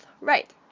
right